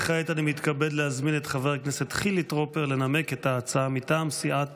כעת אני מתכבד להזמין את חבר הכנסת חילי טרופר לנמק את ההצעה מטעם סיעת